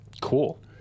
Cool